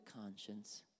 conscience